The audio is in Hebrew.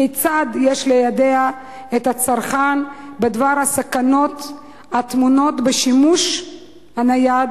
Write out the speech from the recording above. כיצד יש ליידע את הצרכן בדבר הסכנות הטמונות בשימוש בנייד,